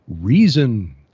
reason